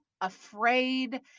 afraid